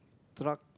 truck